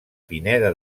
pineda